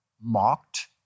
mocked